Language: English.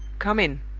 come in!